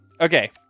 Okay